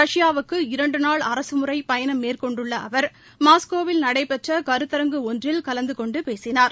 ரஷ்யாவுக்கு இரண்டு நாள் அரகமுறைப் பயணம் மேற்கொண்டுள்ள அவர் மாஸ்கோவில் நடடபெற்ற கருத்தரங்கு ஒன்றில் கலந்து கொண்டு பேசினார்